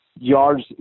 yards